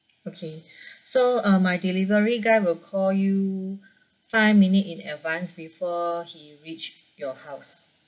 okay so uh my delivery guy will call you five minutes in advanced before he reach your house